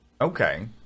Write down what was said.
Okay